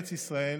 ארץ ישראל